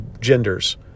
genders